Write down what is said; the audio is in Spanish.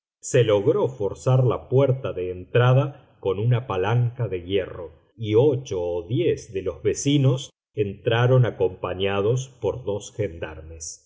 se logró forzar la puerta de entrada con una palanca de hierro y ocho o diez de los vecinos entraron acompañados por dos gendarmes